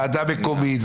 ועדה מקומית,